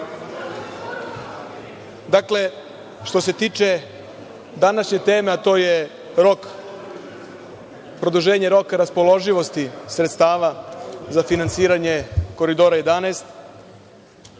redu. Što se tiče današnje teme, a to je produženje roka raspoloživosti sredstava za finansiranje Koridora 11,